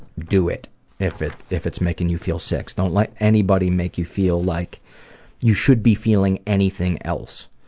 do it if it if it's making you feel sick. don't let anybody make you feel like you should be feeling anything else.